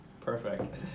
Perfect